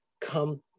come